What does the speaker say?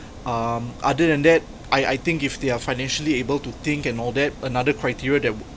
um other than that I I think if they are financially able to think and all that another criteria that